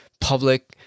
public